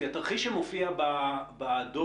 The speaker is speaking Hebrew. כי התרחיש שמופיע בדוח